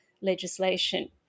legislation